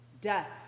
Death